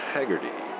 Haggerty